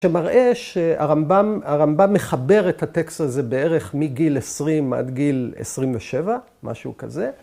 ‫שמראה שהרמב״ם מחבר את הטקסט הזה ‫בערך מגיל 20 עד גיל 27, משהו כזה.